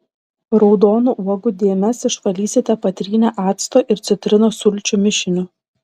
raudonų uogų dėmes išvalysite patrynę acto ir citrinos sulčių mišiniu